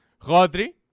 Rodri